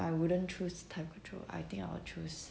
I wouldn't choose time control I think I'll choose